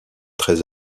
très